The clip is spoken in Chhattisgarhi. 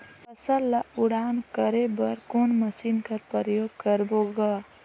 फसल ल उड़ान करे बर कोन मशीन कर प्रयोग करबो ग?